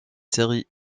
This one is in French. séries